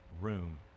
room